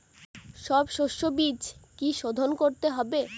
সব শষ্যবীজ কি সোধন করতে হবে?